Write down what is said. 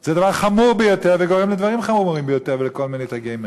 זה דבר חמור ביותר וגורם לדברים חמורים ביותר ולכל מיני "תג מחיר".